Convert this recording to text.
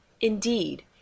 indeed